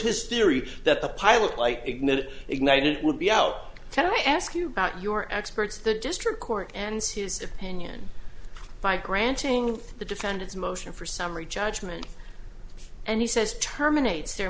his theory that the pilot light ignite it ignited it would be out tell i ask you about your experts the district court and his opinion by granting the defendant's motion for summary judgment and he says terminates their